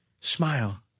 Smile